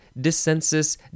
dissensus